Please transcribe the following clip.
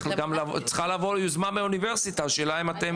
צריכה לבוא יוזמה מהאוניברסיטה השאלה אם אתם?